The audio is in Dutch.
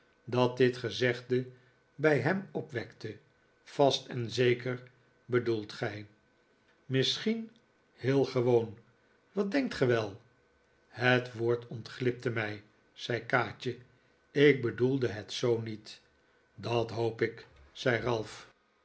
dat dit gezegde bij hem opwekte vast en zeker bedoelt gij misschien heel gewoon wat denkt ge wel het woord ontglipte mij zei kaatje ik bedoelde het zoo niet dat hoop ik zei ralph